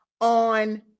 on